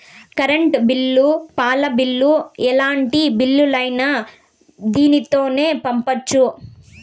current bill పాల bill ఎలాంటి బిల్లులైనా దీనితోనే పంపొచ్చు